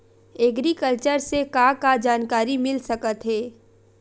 Agriculture से का का जानकारी मिल सकत हे?